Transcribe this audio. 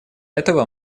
этого